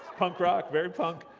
punk rock, very punk.